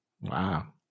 Wow